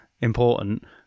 important